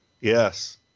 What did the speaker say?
Yes